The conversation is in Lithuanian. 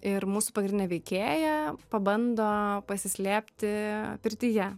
ir mūsų pagrindinė veikėja pabando pasislėpti pirtyje